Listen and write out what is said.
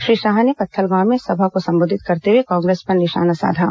श्री शाह ने पत्थलगांव में सभा को संबोधित करते हुए कांग्रेस पर निशाना साधा